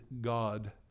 God